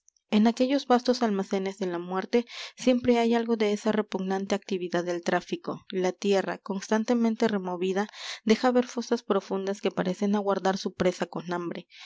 en aquellos vastos almacenes de la muerte siempre hay algo de esa repugnante actividad del tráfico la tierra constantemente removida deja ver fosas profundas que parecen aguardar su presa con hambre